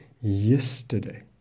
yesterday